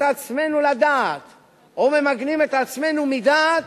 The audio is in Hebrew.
עצמנו לדעת או ממגנים את עצמנו מדעת,